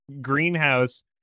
greenhouse